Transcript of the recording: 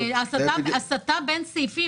הסטה בין סעיפים,